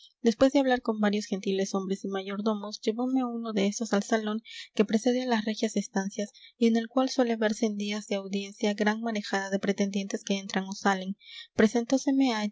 después de hablar con varios gentiles hombres y mayordomos llevome uno de estos al salón que precede a las regias estancias y en el cual suele verse en días de audiencia gran marejada de pretendientes que entran o salen